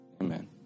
Amen